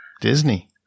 Disney